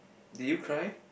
did you cry